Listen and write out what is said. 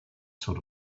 sort